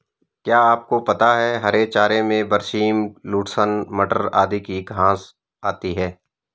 क्या आपको पता है हरे चारों में बरसीम, लूसर्न, मटर आदि की घांस आती है?